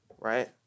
right